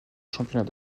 championnat